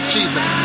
Jesus